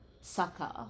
sucker